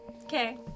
Okay